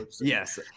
Yes